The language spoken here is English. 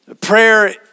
prayer